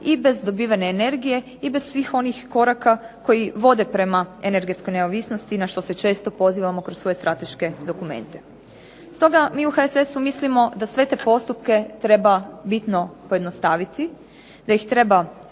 i bez dobivene energije i bez svih onih koraka koji vode prema energetskoj neovisnosti na što se često pozivamo kroz svoje strateške dokumente. Stoga mi u HSS-u mislimo da sve te postupke treba bitno pojednostaviti, da ih treba